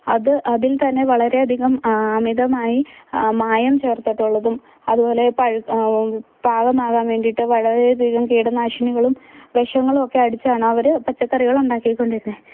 അത് അതിൽത്തന്നെ വളരെയധികം അമിതമായി മായം ചേർത്തിട്ടുള്ളതും അതുപോലെ പാകമാകാൻ വേണ്ടിയിട്ട് വളരെയധികം കീടനാശിനികളും വിഷങ്ങളും ഒക്കെ അടിച്ചാണ് അവർ പച്ചക്കറികൾ ഉണ്ടാക്കിക്കൊണ്ടിരുന്നത്